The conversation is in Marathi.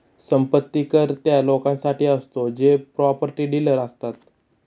संपत्ती कर त्या लोकांसाठी असतो जे प्रॉपर्टी डीलर असतात